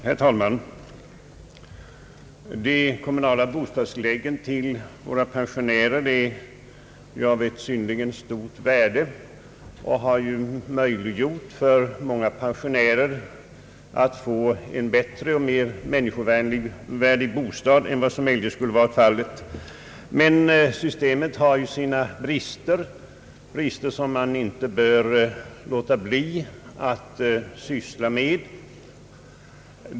Herr talman! De kommunala bostadstilläggen till våra pensionärer är av Synnerligen stort värde, De har ju möjliggjort för många av dessa att få en bättre och mer människovärdig bostad än vad som eljest skulle ha varit fallet. Men systemet har sina brister — brister som man inte bör underlåta att syssla med.